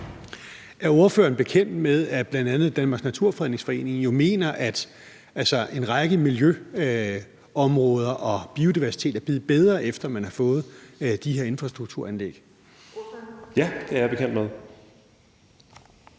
Er ordføreren bekendt med, at bl.a. Danmarks Naturfredningsforening jo mener, at en række miljøområder og biodiversiteten er blevet bedre, efter at man har fået de her infrastrukturanlæg? Kl. 19:03 Den fg.